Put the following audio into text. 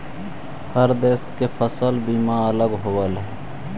हर देश के फसल बीमा अलग होवऽ हइ